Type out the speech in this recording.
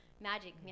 magic